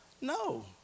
No